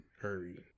Hurry